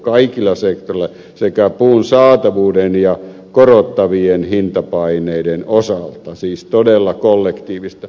kaikilla sektoreilla sekä puun saatavuuden ja korottavien hintapaineiden osalta siis todella kollektiivista